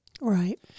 Right